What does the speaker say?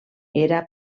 era